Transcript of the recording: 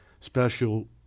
special